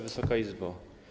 Wysoka Izbo!